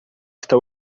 está